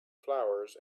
flowers